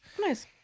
Nice